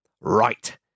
Right